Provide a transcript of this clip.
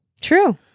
True